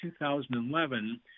2011